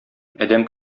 адәм